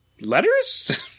letters